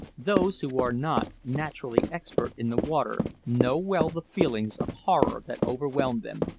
those who are not naturally expert in the water know well the feelings of horror that overwhelm them,